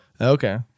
Okay